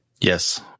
Yes